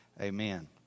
Amen